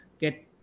get